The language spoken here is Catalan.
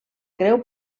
creu